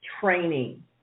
Training